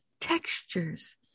Textures